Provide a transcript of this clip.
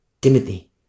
Timothy